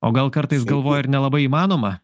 o gal kartais galvoja ir nelabai įmanoma